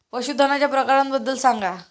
पशूधनाच्या प्रकारांबद्दल सांगा